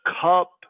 cup